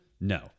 No